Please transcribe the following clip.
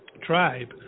tribe